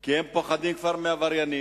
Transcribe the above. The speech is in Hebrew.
כי הם פוחדים כבר מעבריינים,